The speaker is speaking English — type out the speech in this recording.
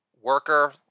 worker